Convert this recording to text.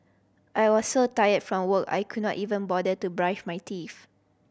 I was so tired from work I could not even bother to brush my teeth